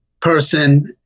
person